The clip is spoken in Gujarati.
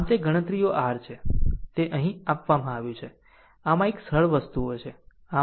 આમ તે ગણતરીઓ r છે તે અહીં આપવામાં આવ્યું છે આમ આ એક સરળ વસ્તુઓ છે